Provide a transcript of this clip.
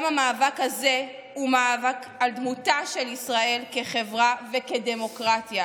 גם המאבק הזה הוא מאבק על דמותה של ישראל כחברה וכדמוקרטיה.